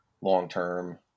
long-term